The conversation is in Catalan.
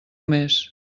més